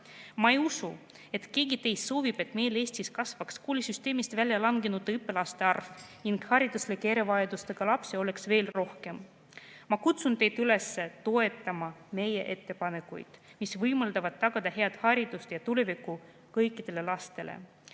Ma ei usu, et keegi teist soovib, et meil Eestis kasvaks koolisüsteemist väljalangenud õpilaste arv ning hariduslike erivajadustega lapsi oleks veel rohkem. Ma kutsun teid üles toetama meie ettepanekuid, mis võimaldavad tagada head haridust ja tulevikku kõikidele lastele.